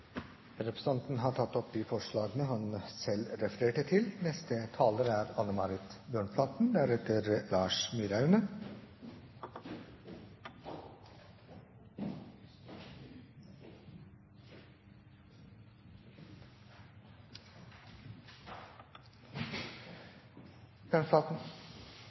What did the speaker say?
Representanten Knut Arild Hareide har tatt opp de forslagene han selv refererte til. Belønningsordningen for kollektivtransport er